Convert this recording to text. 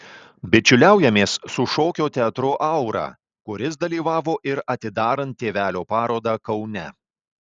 bičiuliaujamės su šokio teatru aura kuris dalyvavo ir atidarant tėvelio parodą kaune